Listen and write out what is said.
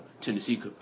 Tennessee